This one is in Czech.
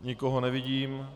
Nikoho nevidím.